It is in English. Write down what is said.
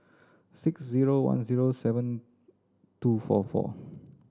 six zero one zero seven two four four